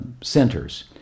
centers